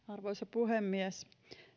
arvoisa puhemies